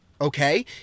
okay